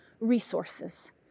resources